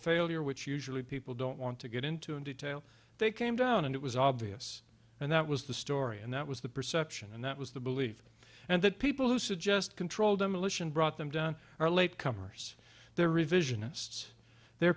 failure which usually people don't want to get into in detail they came down and it was obvious and that was the story and that was the perception and that was the belief and that people who suggest controlled demolition brought them down are late comers they're revisionists they're